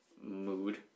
mood